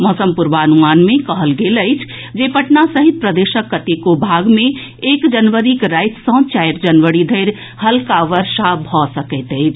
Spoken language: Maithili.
मौसम पूर्वानुमान मे कहल गेल अछि जे पटना सहित प्रदेशक कतेको भाग मे एक जनवरीक राति सँ चारि जनवरी धरि हल्का वर्षा भऽ सकैत अछि